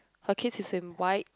her kids is in white